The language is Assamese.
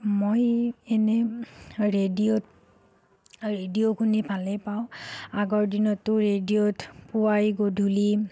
মই এনেই ৰেডিঅ'ত ৰেডিঅ' শুনি ভালেই পাওঁ আগৰ দিনতো ৰেডিঅ'ত পুৱাই গধূলি